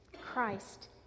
Christ